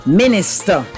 minister